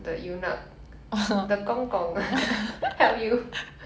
the eunuch the 公公 help you